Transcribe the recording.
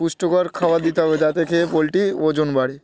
পুষ্টকর খাবার দিতে হবে যাতে খেয়ে পোলট্রি ওজন বাড়ে